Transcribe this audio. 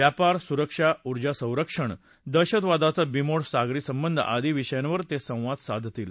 व्यापार सुरक्षा ऊर्जा संरक्षण दहशतवादाचा बीमोड सागरी संबंध आदी विषयांवर ते संवाद साधतील